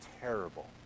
terrible